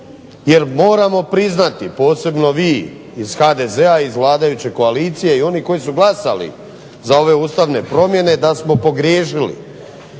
Jer moramo priznati, posebno vi iz HDZ-a iz vladajuće koalicije i oni koji su glasali za ove ustavne promjene da smo pogriješili,